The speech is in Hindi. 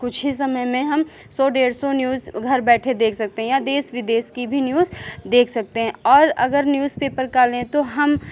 कुछ ही समय में हम सौ डेढ़ सौ न्यूज़ घर बैठे देख सकते हैं या देश विदेश की भी न्यूज़ देख सकते हैं और अगर न्यूज़पेपर का लें तो हम